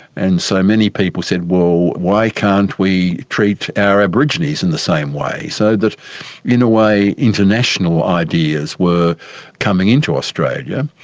and so many people said, well why can't we treat our aborigines in the same way? so that in a way international ideas were coming in to australia,